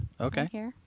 Okay